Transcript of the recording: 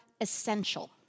essential